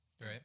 Right